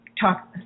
talk